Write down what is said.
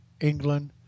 England